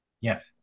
Yes